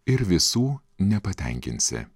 ir visų nepatenkinsi